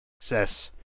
success